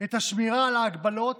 את השמירה על ההגבלות